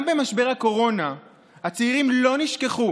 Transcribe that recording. גם במשבר הקורונה הצעירים לא נשכחו